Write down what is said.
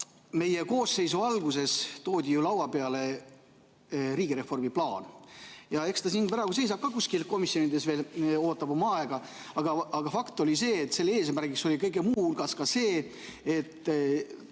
Meie koosseisu alguses toodi laua peale riigireformi plaan ja eks ta praegu seisab kuskil komisjonides, ootab oma aega. Aga fakt on see, et selle eesmärk oli kõige muu hulgas ka see, et